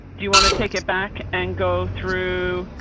do you want to take it back and go through.